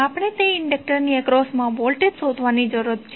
આપણે તે ઇન્ડક્ટર ની એક્રોસમા વોલ્ટેજ શોધવાની જરૂર છે